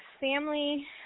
family